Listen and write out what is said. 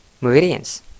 Meridians